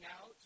out